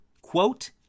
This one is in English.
quote